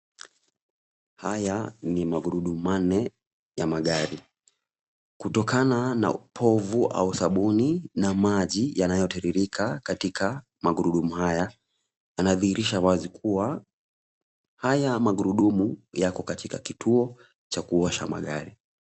Haya ni magurudumu manne ya magari, kutokana na upovu au sabuni na maji yanayotiririka katika magurudumu haya yanadhihirisha wazi kuwa haya magurudumu yako katika kituo cha kuosha magari.